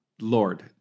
Lord